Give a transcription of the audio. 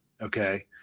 Okay